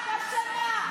את אשמה.